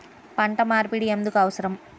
పంట మార్పిడి ఎందుకు అవసరం?